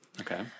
Okay